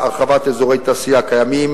הרחבת אזורי תעשייה קיימים,